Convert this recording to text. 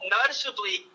Noticeably